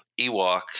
ewok